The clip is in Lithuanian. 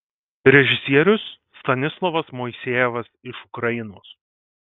režisierius stanislovas moisejevas iš ukrainos